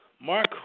Mark